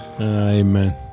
Amen